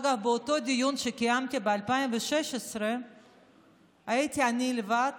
אגב, באותו דיון שקיימתי ב-2016 הייתי לבד